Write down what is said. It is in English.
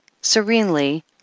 serenely